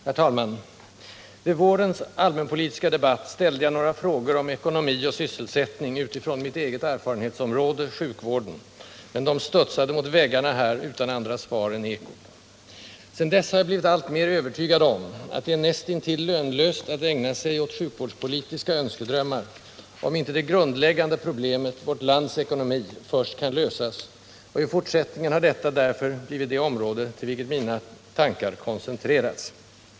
Herr talman! Vid vårens allmänpolitiska debatt ställde jag några frågor om ekonomi och sysselsättning utifrån mitt eget erfarenhetsområde — sjukvården — men de studsade mot väggarna här utan andra svar än ekot. Sedan dess har jag blivit alltmer övertygad om att det är näst intill lönlöst att ägna sig åt sjukvårdspolitiska önskedrömmar om inte det grundläggande problemet — vårt lands ekonomi — först kan lösas, och i fortsättningen har detta därför blivit det område till vilket mina tankar koncentrerats.